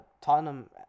Tottenham